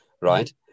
right